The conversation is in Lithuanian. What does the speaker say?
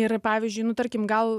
ir pavyzdžiui nu tarkim gal